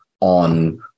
on